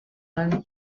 non